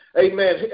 Amen